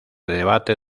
debate